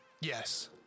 Yes